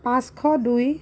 পাঁচশ দুই